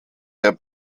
der